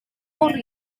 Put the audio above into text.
torri